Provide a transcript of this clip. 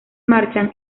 marchan